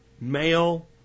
male